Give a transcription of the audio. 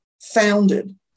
founded